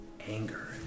anger